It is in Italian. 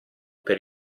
per